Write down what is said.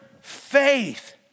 faith